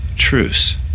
truce